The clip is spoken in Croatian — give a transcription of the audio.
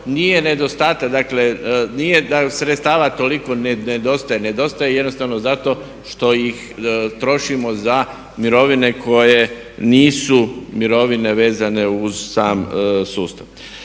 nije nedostatak. Dakle, nije da sredstava toliko nedostaje. Nedostaje jednostavno zato što ih trošimo za mirovine koje nisu mirovine vezane uz sam sustav.